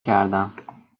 کردم